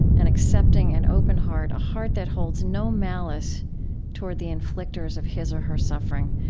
an accepting, an open heart, a heart that holds no malice toward the inflictors of his or her suffering.